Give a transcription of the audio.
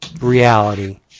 reality